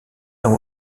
dans